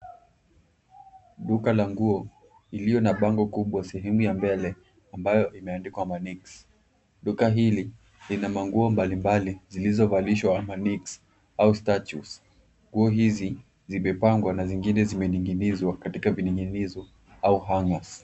Duka la nguo iliyo na bango kubwa sehemu ya mbele ambayo imeandikwa (cs)manix(cs). Duka hili lina manguo mbali mbali zilizovaliswa (cs)manix au statues(cs). Nguo hizi zimepangwa na zingine zimeninginizwa katika vininginizo au (cs)hangers(cs).